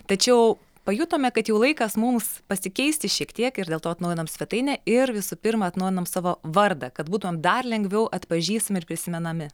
tačiau pajutome kad jau laikas mums pasikeisti šiek tiek ir dėl to atnaujinom svetainę ir visų pirma atnaujinom savo vardą kad būtumėm dar lengviau atpažįstami ir prisimenami